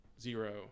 Zero